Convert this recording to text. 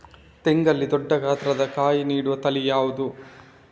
ತೆಂಗಲ್ಲಿ ದೊಡ್ಡ ಗಾತ್ರದ ಕಾಯಿ ನೀಡುವ ತಳಿ ಯಾವುದು?